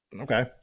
Okay